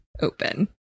open